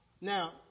Now